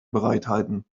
bereithalten